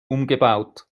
umgebaut